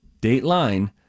Dateline